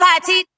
Party